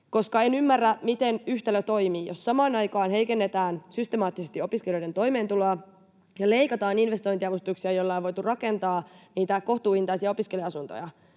En ymmärrä, miten yhtälö toimii: jos samaan aikaan heikennetään systemaattisesti opiskelijoiden toimeentuloa ja leikataan investointiavustuksia, joilla on voitu rakentaa niitä kohtuuhintaisia opiskelija-asuntoja,